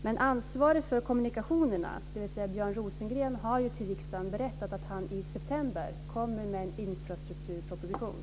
Men den ansvarige för kommunikationerna, dvs. Björn Rosengren, har ju för riksdagen berättat att han i september kommer med en infrastrukturproposition.